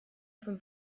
von